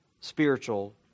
spiritual